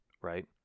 right